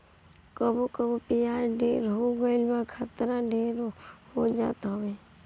कबो कबो बियाज ढेर हो गईला खतरा ढेर हो जात हवे